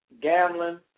gambling